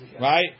Right